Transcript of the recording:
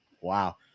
Wow